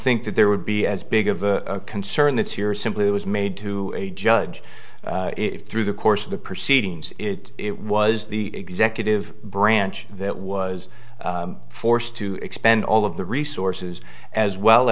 think that there would be as big of a concern that here simply was made to a judge if through the course of the proceedings it was the executive branch that was forced to expend all of the resources as well